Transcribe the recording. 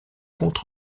compte